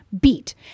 beat